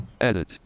edit